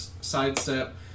sidestep